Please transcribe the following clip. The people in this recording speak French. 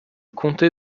comté